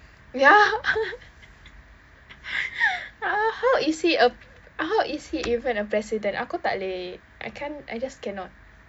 ya ah how is he a how is he even a president aku tak boleh I can't I just cannot